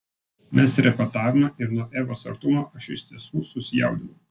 mes repetavome ir nuo evos artumo aš iš tiesų susijaudinau